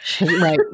Right